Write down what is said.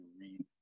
read